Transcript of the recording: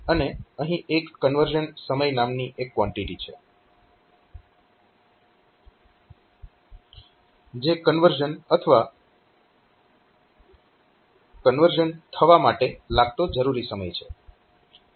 અને અહીં એક કન્વર્ઝન સમય નામની કવાન્ટીટી છે જે કન્વર્ઝન થવા માટે લાગતો જરૂરી સમય છે